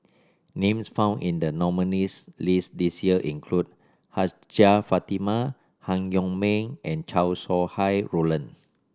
names found in the nominees' list this year include Hajjah Fatimah Han Yong May and Chow Sau Hai Roland